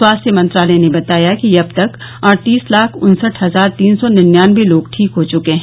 स्वास्थ्य मंत्रालय ने बताया कि अब तक अड़तीस लाख उन्सठ हजार तीन सौ निन्यानवे लोग ठीक हो चुके हैं